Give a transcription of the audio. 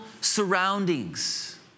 surroundings